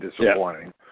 disappointing